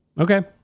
Okay